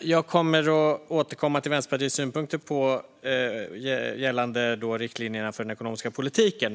Jag kommer att återkomma till Vänsterpartiets synpunkter gällande riktlinjerna för den ekonomiska politiken.